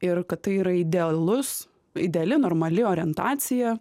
ir kad tai yra idealus ideali normali orientacija